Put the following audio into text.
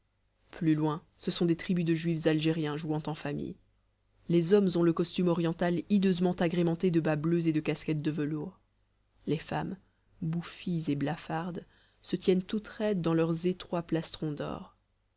plus loin ce sont des tribus de juifs algériens jouant en famille les hommes out le costume oriental hideusement agrémenté de bas bleus et de casquettes de velours les femmes bouffies et blafardes se tiennent toutes raides dans leurs étroits plastrons d'or